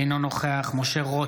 אינו נוכח משה רוט,